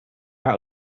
out